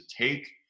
take